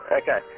Okay